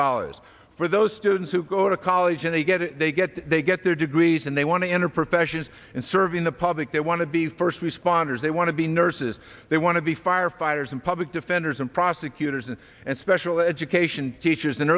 dollars for those students who go to college and they get it they get they get their degrees and they want to enter professions and serving the public they want to be first responders they want to be nurses they want to be firefighters and public defenders and prosecutors and special education teachers